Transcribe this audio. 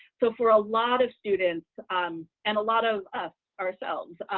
so for a lot of students um and a lot of us, ourselves,